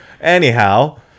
anyhow